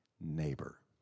neighbor